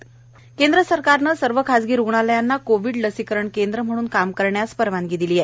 खासगी रुग्णालय केंद्र सरकारनं सर्व खासगी रुग्णालयांना कोविड लसीकरण केंद्र म्हणून काम करण्यास परवानगी दिली आहे